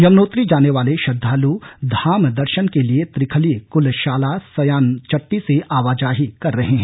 यमुनोत्री जाने वाले श्रद्वालु धाम दर्शन के लिए त्रिखली कुलशाला सयानाचट्टी से आवाजाही कर रहे हैं